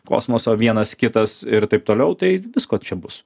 kosmoso vienas kitas ir taip toliau tai visko čia bus